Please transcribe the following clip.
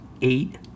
eight